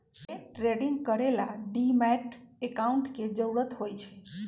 day trading करे ला demat account के जरूरत होई छई